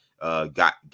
got